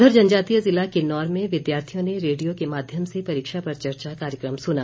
उधर जनजातीय जिला किन्नौर में विद्यार्थियों ने रेडियो के माध्यम से परीक्षा पर चर्चा कार्यक्रम सुना